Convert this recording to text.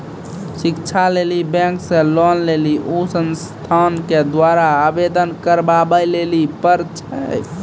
शिक्षा लेली बैंक से लोन लेली उ संस्थान के द्वारा आवेदन करबाबै लेली पर छै?